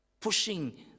Pushing